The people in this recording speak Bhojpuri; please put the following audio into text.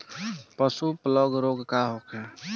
पशु प्लग रोग का होखे?